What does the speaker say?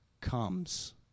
comes